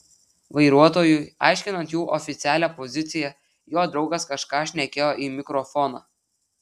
vairuotojui aiškinant jų oficialią poziciją jo draugas kažką šnekėjo į mikrofoną